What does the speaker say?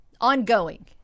ongoing